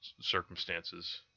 circumstances